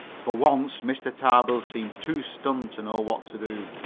for once mr. tarbill seemed too stunned to know what to do.